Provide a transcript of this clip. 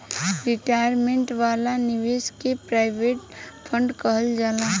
retirement वाला निवेश के प्रोविडेंट फण्ड कहल जाला